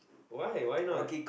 why why not